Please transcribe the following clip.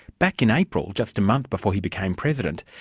back in april, just a month before he became president,